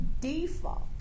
default